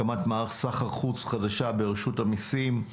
הקמת מערך סחר חוץ חדשה ברשות המיסים,